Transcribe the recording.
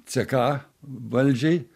ck valdžiai